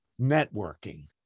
networking